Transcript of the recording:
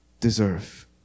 deserve